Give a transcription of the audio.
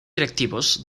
directivos